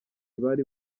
bari